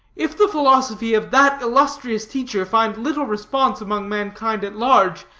if the philosophy of that illustrious teacher find little response among mankind at large,